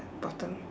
bottom